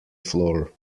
floor